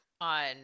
on